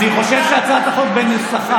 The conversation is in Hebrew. אני חושב שנוסח הצעת החוק לא טוב,